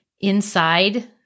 inside